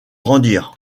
grandir